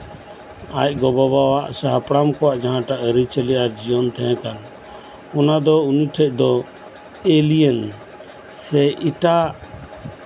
ᱟᱡ ᱜᱚᱼᱵᱟᱵᱟᱣᱟᱜ ᱥᱮ ᱦᱟᱯᱲᱟᱢ ᱠᱚᱣᱟᱜ ᱡᱟᱦᱟᱸᱴᱟᱜ ᱡᱤᱭᱚᱱ ᱛᱟᱦᱮᱸᱠᱟᱱ ᱚᱱᱟ ᱫᱚ ᱩᱱᱤ ᱴᱷᱮᱡ ᱫᱚ ᱮᱞᱤᱭᱮᱱ ᱥᱮ ᱮᱴᱟᱜ